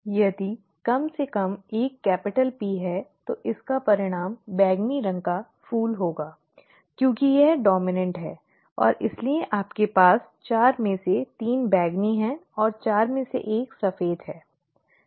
यदि कम से कम एक कैपिटल P है तो इसका परिणाम बैंगनी रंग का फूल होगा क्योंकि यह डॉम्इनॅन्ट है और इसलिए आपके पास चार में से तीन बैंगनी हैं और चार में से एक सफेद है ठीक है